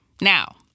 Now